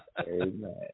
Amen